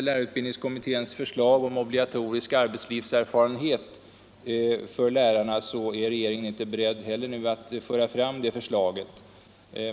Lärarutbildningskommitténs förslag om obligatorisk arbetslivserfarenhet för lärarna är regeringen inte heller beredd att nu föra fram.